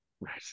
right